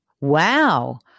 Wow